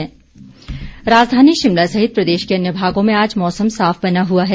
मौसम राजधानी शिमला सहित प्रदेश के अन्य भागों में आज मौसम साफ बना हुआ है